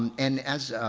um and as